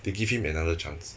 they give him another chance